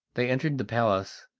they entered the palace,